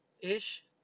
ish